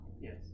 Yes